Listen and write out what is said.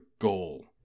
goal